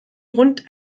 rund